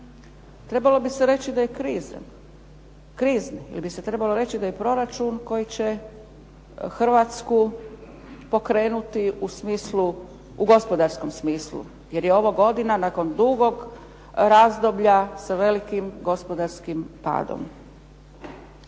trebalo bi se reći da je krizni, ili bi se trebalo reći da je proračun koji će Hrvatsku pokrenuti u gospodarskom smislu jer je ovo godina nakon dugog razdoblja sa velikim gospodarskim padom.